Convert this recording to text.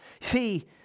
see